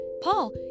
Paul